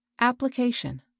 Application